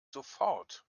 sofort